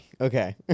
Okay